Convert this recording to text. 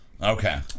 Okay